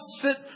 sit